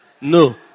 No